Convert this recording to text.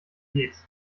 geht